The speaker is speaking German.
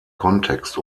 kontext